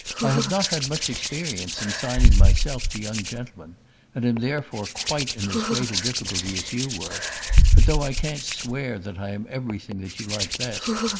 i have not had much experience in signing myself to young gentlemen and am therefore quite in as great a difficulty as you were but, though i can't swear that i am everything that you like best,